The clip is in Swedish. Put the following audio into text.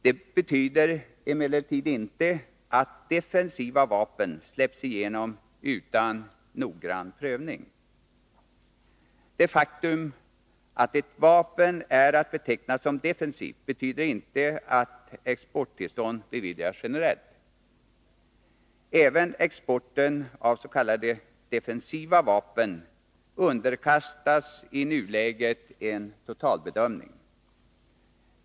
Detta betyder emellertid inte att defensiva vapen släpps igenom utan noggrann prövning. Det faktum att ett vapen är att beteckna som defensivt betyder inte att exporttillstånd beviljas generellt. Även exporten av s.k. defensiva vapen underkastas i nuläget en totalbedömning.